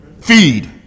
feed